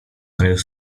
krajów